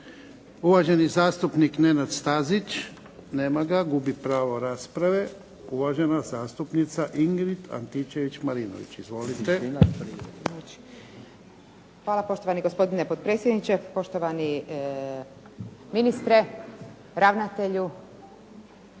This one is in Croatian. Uvaženi zastupnik Nenad Stazić. Nema ga. Gubi pravo rasprave. Uvažena zastupnica Ingrid Antičević-Marinović. Izvolite. **Antičević Marinović, Ingrid (SDP)** Hvala poštovani gospodine potpredsjedniče, poštovani ministre, ravnatelju,